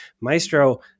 Maestro